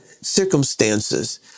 circumstances